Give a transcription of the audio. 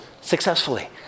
successfully